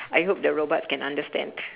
I hope the robots can understand